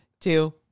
two